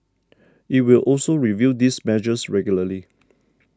it will also review these measures regularly